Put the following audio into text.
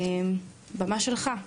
הבמה שלך.